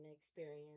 experience